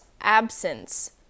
absence